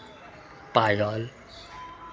पायल